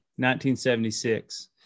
1976